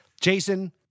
Jason